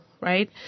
right